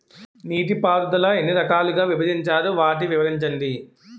నీటిపారుదల ఎన్ని రకాలుగా విభజించారు? వాటి వివరించండి?